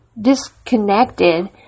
disconnected